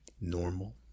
Normal